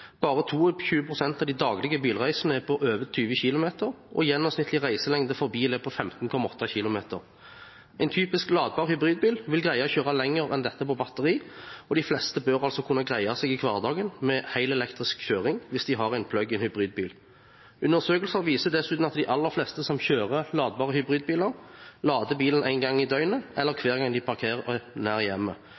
Bare 22 pst. av de daglige bilreisene er på over 20 km, og gjennomsnittlig reiselengde for bil er 15,8 km. En typisk ladbar hybridbil vil greie å kjøre lenger enn dette på batteri. De fleste bør kunne greie seg i hverdagen med helelektrisk kjøring hvis de har en plug-in hybridbil. Undersøkelser viser at de aller fleste som kjører ladbare hybridbiler, lader bilen én gang i døgnet eller hver gang de parkerer nær hjemmet.